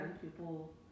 people